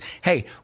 hey